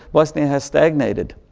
bosnia has stagnated.